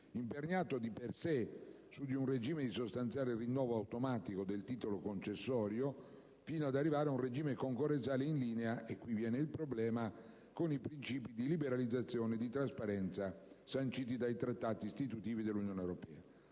imperniato di per sé su di un regime di sostanziale rinnovo automatico del titolo concessorio, fino ad arrivare a un regime concorrenziale in linea - e qui viene il problema - con i princìpi di liberalizzazione e di trasparenza sanciti dai Trattati istitutivi dell'Unione europea.